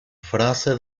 frase